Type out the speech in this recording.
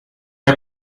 der